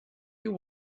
you